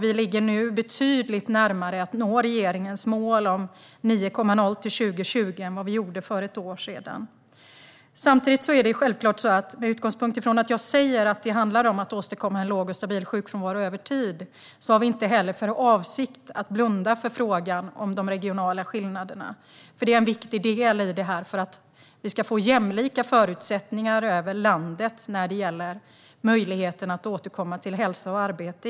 Vi ligger nu betydligt närmare att nå regeringens mål om 9,0 till år 2020 än vad vi gjorde för ett år sedan. Samtidigt, med utgångspunkt från det jag sa - att det handlar om att åstadkomma en låg och stabil sjukfrånvaro över tid - har vi självfallet inte för avsikt att blunda för frågan om de regionala skillnaderna. Det är en viktig del för att vi ska få jämlika förutsättningar över landet när det gäller möjligheten att återkomma till hälsa och arbete.